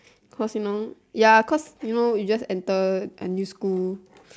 personal ya cause you know you enter a new school